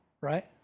right